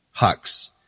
Hux